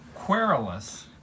Querulous